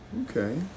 Okay